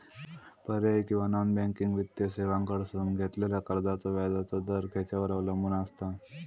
पर्यायी किंवा non banking वित्तीय सेवांकडसून घेतलेल्या कर्जाचो व्याजाचा दर खेच्यार अवलंबून आसता?